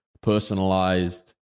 personalized